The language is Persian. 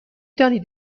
دانید